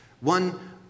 One